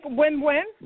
win-win